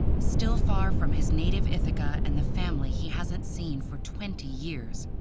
still far from his native ithaca and the family he hasn't seen for twenty years.